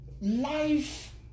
life